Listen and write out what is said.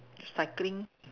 cycling